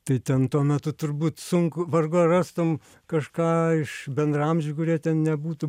tai ten tuo metu turbūt sunku vargu ar rastum kažką iš bendraamžių kurie ten nebūtų